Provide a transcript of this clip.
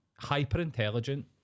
hyper-intelligent